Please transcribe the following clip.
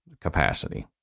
capacity